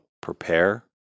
prepare